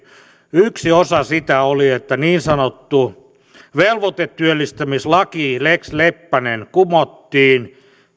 yksi osa sitä oli että niin sanottu velvoitetyöllistämislaki lex leppänen kumottiin